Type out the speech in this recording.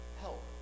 help